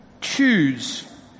choose